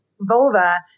vulva